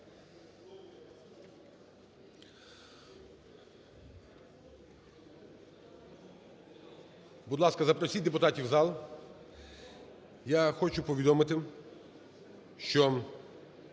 Будь ласка, запросіть депутатів в зал. Я хочу повідомити, що